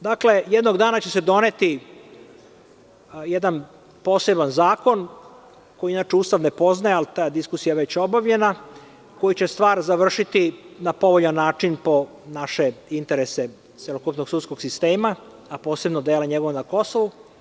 Dakle, jednog dana će se doneti jedan poseban zakon, koji inače Ustav ne poznaje, ali ta diskusija je već obavljena, koju će stvar završiti na povoljan način po naše interese našeg celokupnog sistema, a posebno njegovog dela na Kosovu.